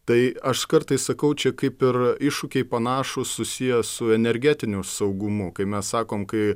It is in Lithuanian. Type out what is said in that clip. tai aš kartais sakau čia kaip ir iššūkiai panašūs susiję su energetiniu saugumu kai mes sakom kai